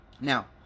now